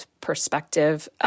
perspective